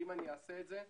אם אני אעשה את זה,